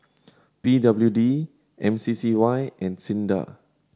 P W D M C C Y and SINDA